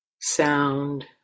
sound